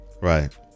Right